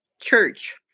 church